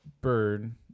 bird